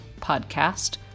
podcast